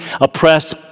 oppressed